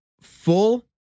full